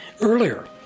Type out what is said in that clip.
Earlier